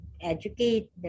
Educate